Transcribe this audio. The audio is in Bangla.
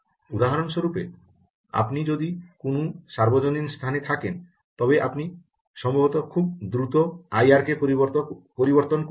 উদাহরণস্বরূপ আপনি যদি কোনও সর্বজনীন স্থানে থাকেন তবে আপনি সম্ভবত খুব দ্রুত আইআরকে পরিবর্তন করতে চান